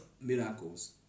miracles